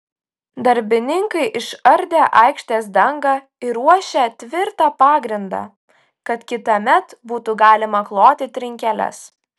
darbininkai išardė aikštės dangą ir ruošią tvirtą pagrindą kad kitąmet būtų galima kloti trinkeles